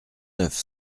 neuf